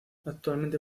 actualmente